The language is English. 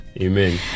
Amen